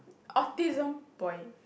autism boy